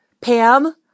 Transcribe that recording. Pam